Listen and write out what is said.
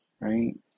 right